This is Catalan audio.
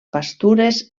pastures